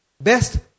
best